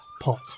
pot